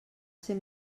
ser